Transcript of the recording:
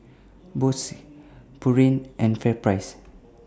Bose Pureen and FairPrice